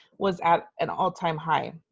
was at an all time high.